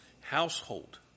household